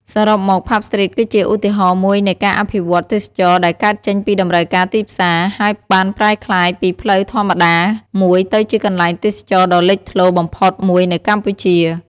សរុបមក ផាប់ ស្ទ្រីត គឺជាឧទាហរណ៍មួយនៃការអភិវឌ្ឍន៍ទេសចរណ៍ដែលកើតចេញពីតម្រូវការទីផ្សារ ហើយបានប្រែក្លាយពីផ្លូវធម្មតាមួយទៅជាកន្លែងទេសចរណ៍ដ៏លេចធ្លោបំផុតមួយនៅកម្ពុជា។